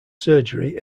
surgery